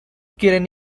quieren